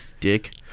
Dick